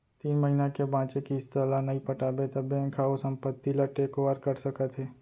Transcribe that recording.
तीन महिना के बांचे किस्त ल नइ पटाबे त बेंक ह ओ संपत्ति ल टेक ओवर कर सकत हे